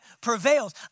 prevails